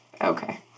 Okay